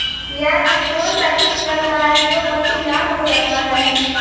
प्याज में कौन सा किट रहता है? जो पत्ती लाल हो जाता हैं